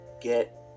get